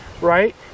right